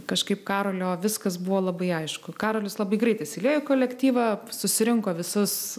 kažkaip karolio viskas buvo labai aišku karolis labai greit įsiliejo į kolektyvą susirinko visus